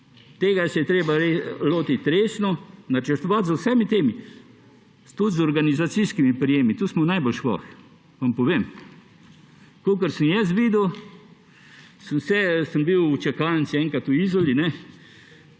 Tega se je treba lotiti resno, načrtovati z vsemi temi, tudi z organizacijskimi prijemi, tu smo najbolj švoh, vam povem. Kakor sem jaz videl, sem bil enkrat v čakalnici v Izoli.